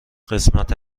قسمت